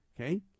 okay